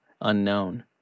Unknown